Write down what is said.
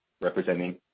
representing